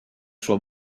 sua